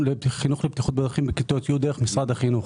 חינוך לבטיחות בדרכים בכיתות י' דרך משרד החינוך.